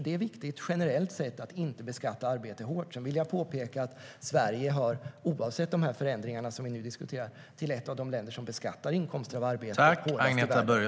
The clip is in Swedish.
Det är viktigt generellt sett att inte beskatta arbete hårt.